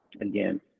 again